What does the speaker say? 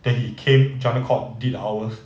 then he came jalan court did hours